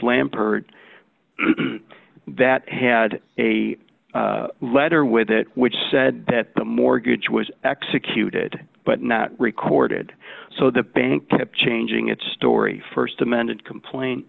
lampert that had a letter with it which said that the mortgage was executed but not recorded so the bank kept changing its story st amended complaint